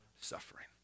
suffering